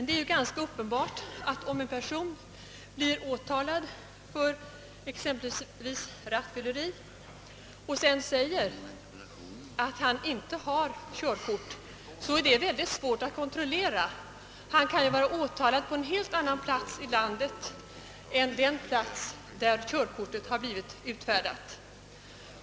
Det är ganska uppenbart att om en person blir åtalad för exempelvis rattfylleri och sedan säger att han inte har körkort så är detta mycket svårt att kontrollera. Han kan ju vara åtalad på en helt annan plats i landet än den plats där körkortet har utfärdats.